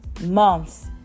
months